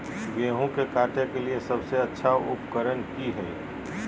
गेहूं के काटे के लिए सबसे अच्छा उकरन की है?